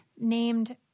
named